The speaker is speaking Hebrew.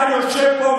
אתה יושב פה,